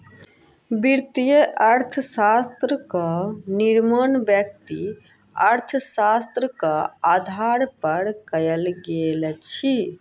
वित्तीय अर्थशास्त्रक निर्माण व्यष्टि अर्थशास्त्रक आधार पर कयल गेल अछि